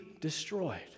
destroyed